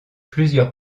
plusieurs